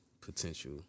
potential